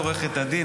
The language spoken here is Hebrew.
עורכת הדין,